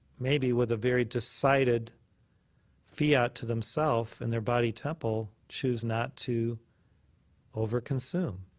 maybe with a very decided fiat to themselves and their body temple, choose not to overconsume.